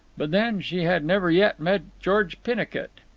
but then she had never yet met george pennicut.